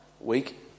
week